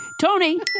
tony